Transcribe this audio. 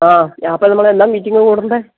ആ അപ്പോള് നമ്മളെന്നാണ് മീറ്റിംഗ് കൂടേണ്ടത്